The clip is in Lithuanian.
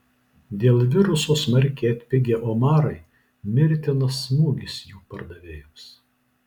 dėl viruso smarkiai atpigę omarai mirtinas smūgis jų pardavėjams